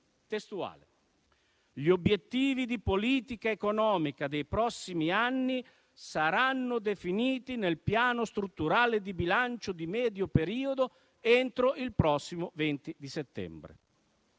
scrive: «Gli obiettivi di politica economica dei prossimi anni saranno definiti nel Piano strutturale di bilancio di medio periodo entro il prossimo 20 settembre».